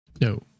No